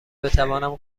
بتوانم